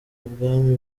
ubwami